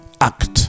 Act